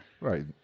Right